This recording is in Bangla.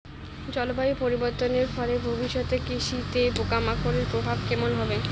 জলবায়ু পরিবর্তনের ফলে ভবিষ্যতে কৃষিতে পোকামাকড়ের প্রভাব কেমন হবে?